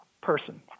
person